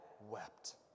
Wept